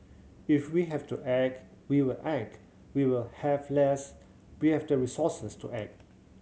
if we have to act we will act we will have less we have the resources to act